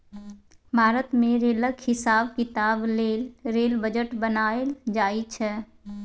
भारत मे रेलक हिसाब किताब लेल रेल बजट बनाएल जाइ छै